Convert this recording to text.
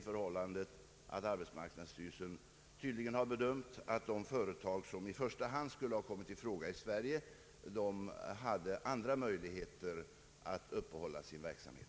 Dessutom bedömde arbetsmarknadsstyrelsen saken så att de företag i Sverige som i första hand skulle ha kommit i fråga hade andra möjligheter att uppehålla sin verksamhet.